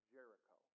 Jericho